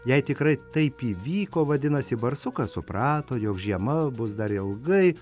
jei tikrai taip įvyko vadinasi barsukas suprato jog žiema bus dar ilgai